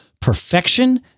perfection